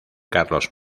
carlos